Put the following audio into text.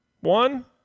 one